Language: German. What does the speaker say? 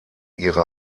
ihre